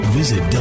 visit